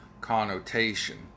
connotation